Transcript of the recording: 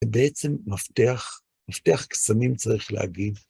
ובעצם מפתח מפתח קסמים צריך להגיד.